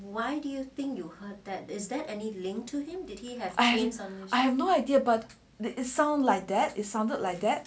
I have no idea but the sound like that is sounded like that